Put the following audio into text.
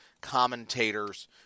commentators